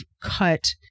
cut